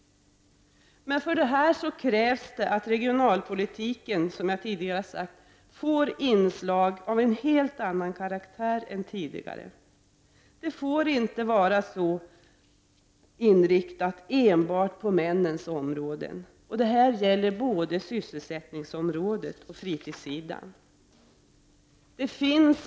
Men för detta krävs att regionalpolitiken, som jag tidigare sagt, får inslag av en helt annan karaktär än tidigare. Den får inte var så inriktad enbart på männens områden. Det gäller både sysselsättningsområdet och fritidssidan.